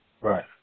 Right